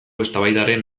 eztabaidaren